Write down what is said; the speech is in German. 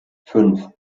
fünf